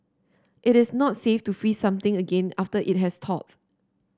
it is not safe to freeze something again after it has thawed